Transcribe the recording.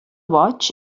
boig